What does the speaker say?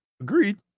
Agreed